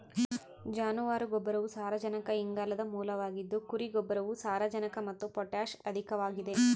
ಜಾನುವಾರು ಗೊಬ್ಬರವು ಸಾರಜನಕ ಇಂಗಾಲದ ಮೂಲವಾಗಿದ ಕುರಿ ಗೊಬ್ಬರವು ಸಾರಜನಕ ಮತ್ತು ಪೊಟ್ಯಾಷ್ ಅಧಿಕವಾಗದ